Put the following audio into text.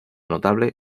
notable